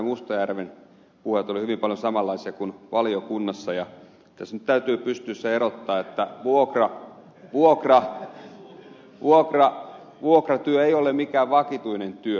mustajärven puheet olivat hyvin paljon samanlaisia kuin valiokunnassa ja tässä nyt täytyy pystyä se erottamaan että vuokratyö ei ole mikään vakituinen työ